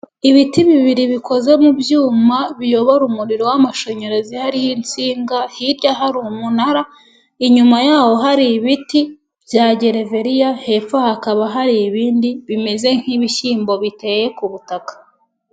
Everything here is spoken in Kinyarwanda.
Ibiti bibiri bikoze mu byuma biyobora umuriro w'amashanyarazi, hariho insinga, hirya hari umunara, inyuma y'aho hari ibiti bya gereveriya, hepfo hakaba hari ibindi bimeze nk'ibishyimbo biteye ku butaka.